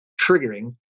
triggering